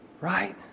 Right